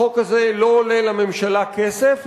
החוק הזה לא עולה לממשלה כסף,